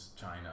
China